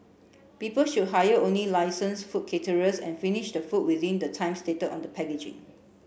people should hire only licensed food caterers and finish the food within the time stated on the packaging